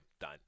done